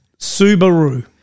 Subaru